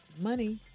Money